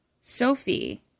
Sophie